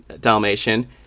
Dalmatian